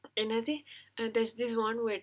என்னது:ennathu there's this [one] when